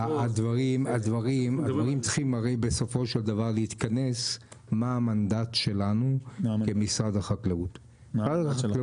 הדברים צריכים הרי בסופו של דבר להתכנס מה המנדט שלנו כמשרד החקלאות,